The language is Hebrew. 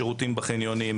שירותים בחניונים,